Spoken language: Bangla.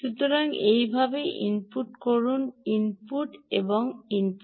সুতরাং এইভাবে ইনপুট করুন I P এবং I O